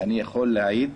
ואני יכול להעיד,